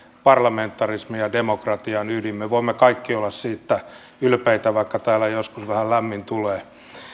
parlamentarismin ja demokratian ydin me voimme kaikki olla siitä ylpeitä vaikka täällä joskus vähän lämmin tulee